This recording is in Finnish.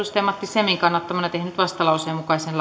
matti semin kannattamana tehnyt vastalauseen mukaisen